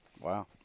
Wow